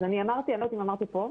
אני לא יודעת אם אמרתי כאן,